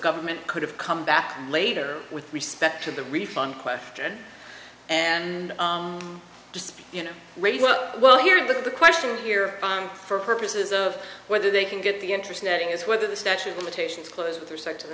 government could have come back later with respect to the refund question and just you know well here is the question here for purposes of whether they can get the interest netting is whether the statute of limitations close with respect to the